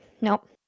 Nope